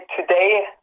today